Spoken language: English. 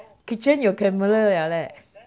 kitchen 有 camera 了咧